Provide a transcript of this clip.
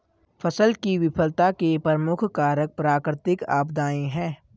फसल की विफलता के प्रमुख कारक प्राकृतिक आपदाएं हैं